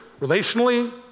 relationally